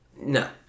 No